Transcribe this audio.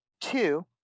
Two